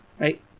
Right